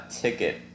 ticket